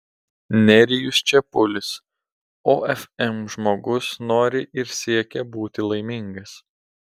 nerijus čepulis ofm žmogus nori ir siekia būti laimingas